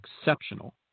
exceptional